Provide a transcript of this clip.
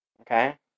okay